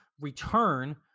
return